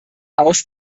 aus